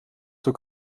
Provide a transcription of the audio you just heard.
zur